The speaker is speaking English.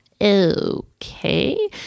okay